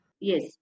Yes